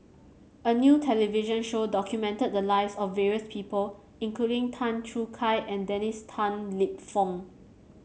a new television show documented the lives of various people including Tan Choo Kai and Dennis Tan Lip Fong